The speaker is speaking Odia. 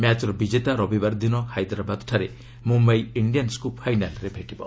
ମ୍ୟାଚ୍ର ବିଜେତା ରବିବାର ଦିନ ହାଇଦ୍ରାବାଦ୍ଠାରେ ମୁମ୍ୟାଇ ଇଣ୍ଡିଆନ୍ୱକୁ ଫାଇନାଲ୍ରେ ଭେଟିବ